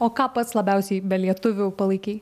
o ką pats labiausiai be lietuvių palaikei